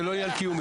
זה לא עניין קיומי.